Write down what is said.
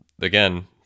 again